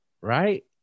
right